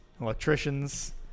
electricians